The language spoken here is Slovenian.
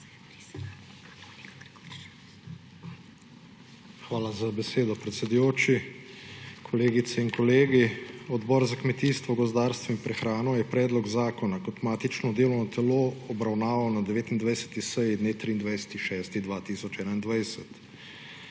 Hvala za besedo, predsedujoči. Kolegice in kolegi! Odbor za kmetijstvo, gozdarstvo in prehrano je predlog zakona kot matično delovno telo obravnaval na 29. seji dne 23. 6. 2021.